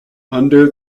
under